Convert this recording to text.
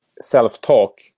self-talk